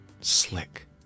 slick